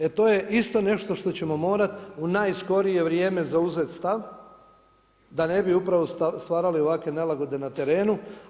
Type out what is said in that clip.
E to je isto nešto što ćemo morati u najskorije vrijeme zauzeti stav da ne bi upravo stvarali ovakve nelagode na terenu.